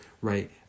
right